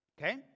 Okay